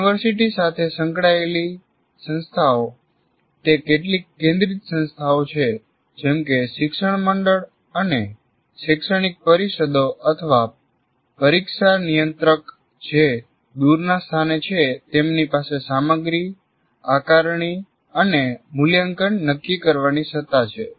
university સાથે સંકળાયેલી સંસ્થાઓ તે કેટલીક કેન્દ્રિત સંસ્થાઓ છે જેમ કે શિક્ષણ મંડળ અને શૈક્ષણિક પરિષદો અથવા પરીક્ષા નિયંત્રક જે દૂરના સ્થાને છે તેમની પાસે સામગ્રી આકારણી અને મૂલ્યાંકન નક્કી કરવાની સત્તા છે